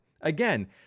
Again